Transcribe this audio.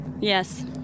Yes